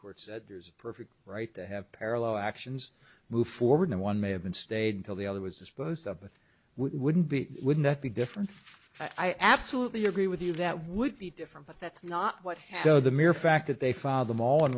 court said there's a perfect right to have parallel actions move forward one may have been stayed until the other was disposed of it wouldn't be wouldn't that be different i absolutely agree with you that would be different but that's not what so the mere fact that they filed them all in